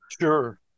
Sure